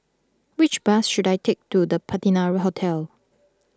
which bus should I take to the Patina Hotel